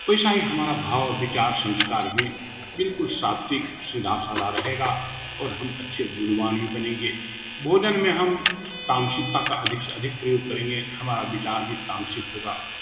वैसा ही हमारा भाव विचार संस्कार भी बिल्कुल सात्विक सीधा साधा रहेगा और हम अच्छे गुणवान भी बनेंगे भोजन में हम तामसिकता का अधिक से अधिक प्रयोग करेंगे हमारा विचार भी तामसिक होगा